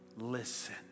Listen